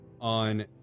On